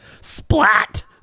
Splat